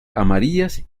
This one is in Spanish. amarillas